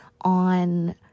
on